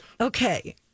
Okay